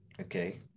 okay